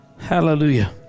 hallelujah